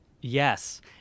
yes